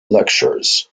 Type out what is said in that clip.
lectures